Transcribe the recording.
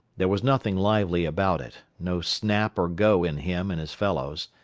there was nothing lively about it, no snap or go in him and his fellows.